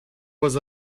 was